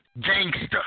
gangster